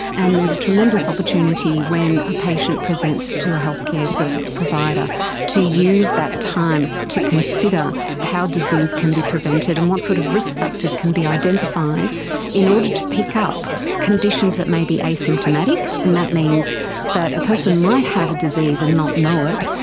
and there's a tremendous opportunity when a patient presents to a healthcare service provider to use that time to consider how disease can be prevented and what sort of risk factors can be identified in order to pick up conditions that may be asymptomatic, and that means that a person might have a disease and not know it,